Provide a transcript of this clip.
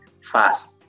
fast